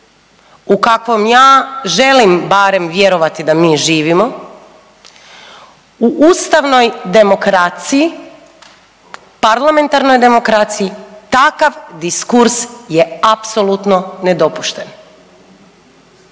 u kakvom ja želim barem vjerovati da mi živimo, u ustavnoj demokraciji, parlamentarnoj demokraciji takav diskurs je apsolutno nedopušten.